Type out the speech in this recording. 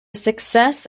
success